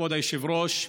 כבוד היושב-ראש,